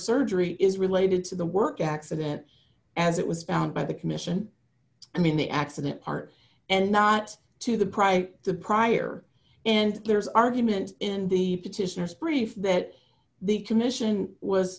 surgery is related to the work accident as it was found by the commission and in the accident part and not to the price the prior and there's argument in the petitioners brief that the commission was